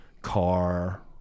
car